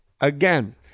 Again